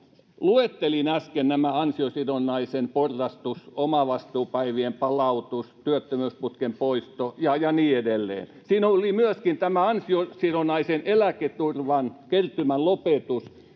luettelin äsken nämä ansiosidonnaisen porrastus omavastuupäivien palautus työttömyysputken poisto ja ja niin edelleen siinä oli myöskin tämä ansiosidonnaisen eläketurvan kertymän lopetus